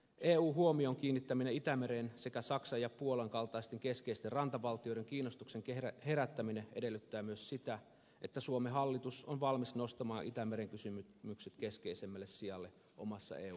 eun huomion kiinnittäminen itämereen sekä saksan ja puolan kaltaisten keskeisten rantavaltioiden kiinnostuksen herättäminen edellyttää myös sitä että suomen hallitus on valmis nostamaan itämeren kysymykset keskeisemmälle sijalle omassa eu politiikassaan